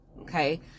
okay